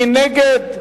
מי נגד?